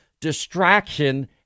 distraction